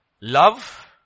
Love